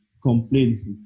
complaints